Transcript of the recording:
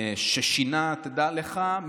תדע לך,